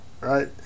right